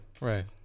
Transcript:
right